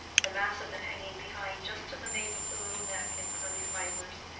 the mass of it hanging behind just to the nape of the little neck in curly fibres,